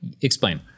Explain